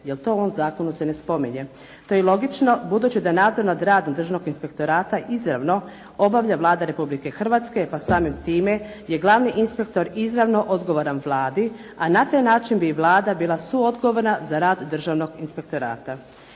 jer to u ovom zakonu se ne spominje. To je i logično, budući da nadzor nad radom Državnog inspektorata izravno obavlja Vlada Republike Hrvatske pa samim time je glavni inspektor izravno odgovoran Vladi, a na taj način bi i Vlada bila suodgovorna za rad Državnog inspektorata.